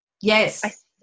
Yes